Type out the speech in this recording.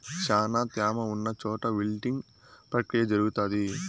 శ్యానా త్యామ ఉన్న చోట విల్టింగ్ ప్రక్రియ జరుగుతాది